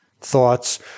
thoughts